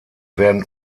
werden